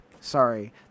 Sorry